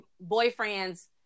boyfriend's